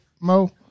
Mo